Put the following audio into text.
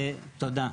תודה.